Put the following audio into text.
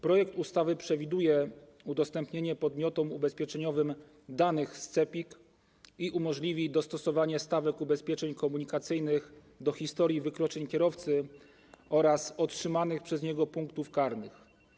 Projekt ustawy przewiduje udostępnienie podmiotom ubezpieczeniowym danych z CEPiK i umożliwi dostosowanie stawek ubezpieczeń komunikacyjnych do historii wykroczeń kierowcy oraz otrzymanych przez niego punktów karnych.